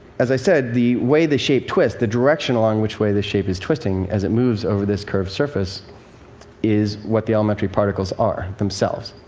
as i said, the way the shape twists the directional along which way the shape is twisting as it moves over this curved surface is what the elementary particles are, themselves.